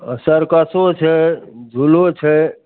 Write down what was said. सरकसो छै झूलो छै